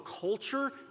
culture